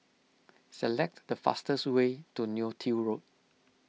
select the fastest way to Neo Tiew Road